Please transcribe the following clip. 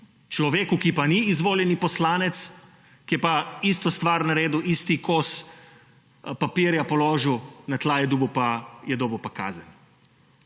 Človeku, ki pa ni izvoljeni poslanec, ki je pa isto stvar naredil, isti kos papirja položil na tla, je dobil pa kazen.